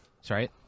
sorry